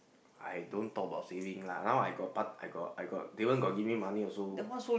I don't talk about saving lah now I got part I got I got Damien got give me money also